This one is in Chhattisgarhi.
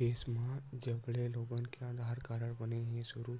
देस म जबले लोगन के आधार कारड बने के सुरू